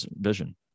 vision